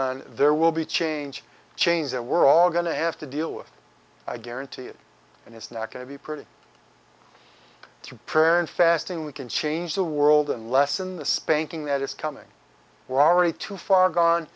on there will be a change change that we're all going to have to deal with i guarantee it and it's not going to be pretty through prayer and fasting we can change the world and lessen the spanking that is coming we're already too far gone